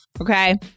okay